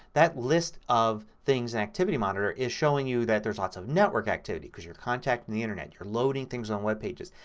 that list of things in activity monitor is showing you that there's lots of network activity because you're contacting the internet. you're loading things on web pages.